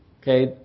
Okay